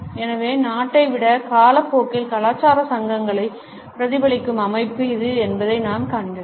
எனவே நாட்டை விட காலப்போக்கில் கலாச்சார சங்கங்களை பிரதிபலிக்கும் அமைப்பு இது என்பதை நாம் காண்கிறோம்